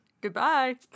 Goodbye